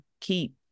keep